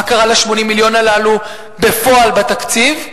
מה קרה ל-80 המיליון הללו בפועל בתקציב?